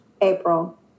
April